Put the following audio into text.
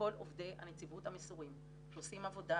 לכל עובדי הנציבות המסורים שעושים עבודה,